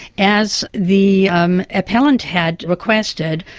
as the um appellant had requested,